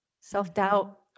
self-doubt